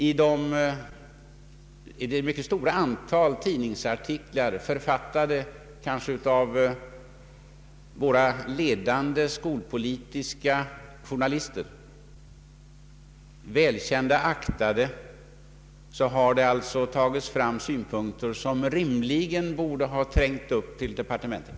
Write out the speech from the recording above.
I det mycket stora antal tidningsartiklar som skrivits i det aktuella ämnet av våra måhända ledande skolpolitiska journalister, välkända och aktade, har sådana synpunkter framförts som rimligen borde ha trängt upp till departementet.